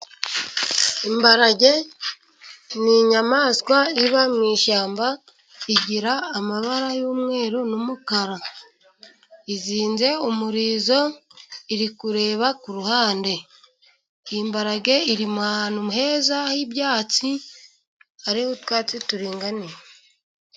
Imparage ni inyamaswa iba mu ishyamba, igira amabara y'umweru n'umukara. Izinze umurizo, iri kureba ku ruhande. Imbarage iri ahantu heza h'ibyatsi, hariho utwatsi turinganiye.